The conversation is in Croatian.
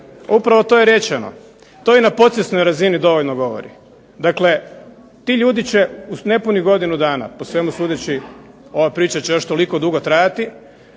Upravo to je rečeno. To i na podsvjesnoj razini dovoljno govori. Dakle ti ljudi će uz nepunih godinu dana po svemu sudeći ova priča će još toliko dugo trajati,